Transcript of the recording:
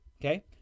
okay